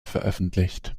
veröffentlicht